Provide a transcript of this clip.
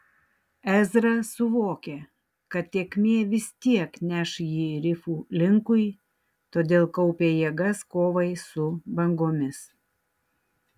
ezra suvokė kad tėkmė vis tiek neš jį rifų linkui todėl kaupė jėgas kovai su bangomis